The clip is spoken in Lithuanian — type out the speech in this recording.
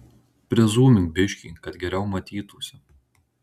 prizūmink biškį kad geriau matytųsi